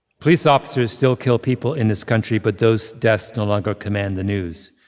police officers still kill people in this country, but those deaths no longer command the news.